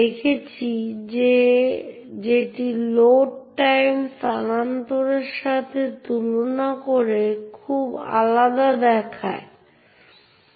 ব্যবহারকারী প্রকৃতপক্ষে যে সমস্ত প্রক্রিয়াগুলি সম্পাদন করে তার জন্য সেই নির্দিষ্ট ব্যবহারকারীর সাথে সম্পর্কিত একটি uid একইভাবে সেই সিস্টেমের প্রতিটি ব্যবহারকারীও একটি নির্দিষ্ট গোষ্ঠীর সাথে যুক্ত